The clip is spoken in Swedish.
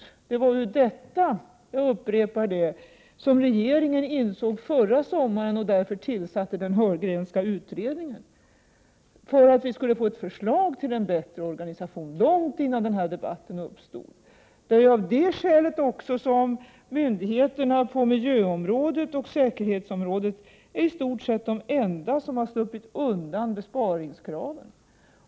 Jag upprepar att det var detta som regeringen insåg förra sommaren, långt innan den här debatten uppstod, och därför tillsatte den Heurgrenska utredningen — för att vi skulle få ett förslag till bättre organisation. Det är ju också av det skälet som myndigheterna på miljöområdet och säkerhetsområdet är i stort sett de enda som har sluppit undan besparingskraven.